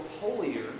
holier